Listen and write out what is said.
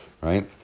right